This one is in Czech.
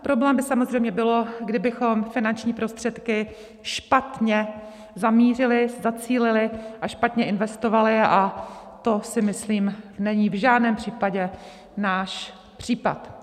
Problémem by samozřejmě bylo, kdybychom finanční prostředky špatně zamířili, zacílili a špatně investovali, a to, myslím, není v žádném případě náš případ.